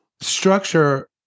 structure